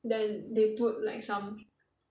then they put like some